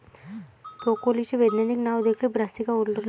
ब्रोकोलीचे वैज्ञानिक नाव देखील ब्रासिका ओलेरा आहे